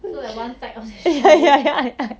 so like one side of the shoe